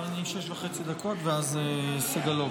אני אדבר שש וחצי דקות ואז סגלוביץ',